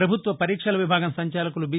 ప్రభుత్వ పరీక్షల విభాగం సంచాలకులు బి